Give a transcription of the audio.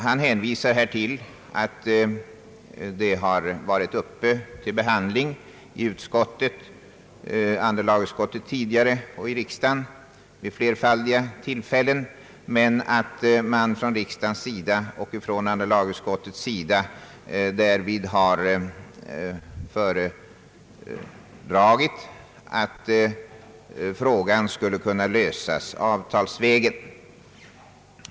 Statsrådet hänvisar till att frågan tidigare varit uppe till behandling i andra lagutskottet och i riksdagen vid flerfaldiga tillfällen, men från båda dessa håll har man förordat att frågan borde lösas avtalsvägen.